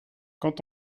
quand